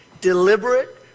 deliberate